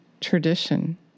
Tradition